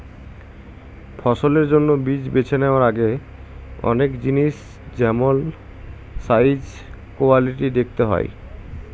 ফসলের জন্য বীজ বেছে নেওয়ার আগে অনেক জিনিস যেমল সাইজ, কোয়ালিটি দেখতে হয়